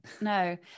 No